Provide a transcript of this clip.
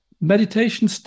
meditation